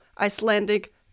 Icelandic